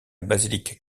basilique